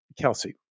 Kelsey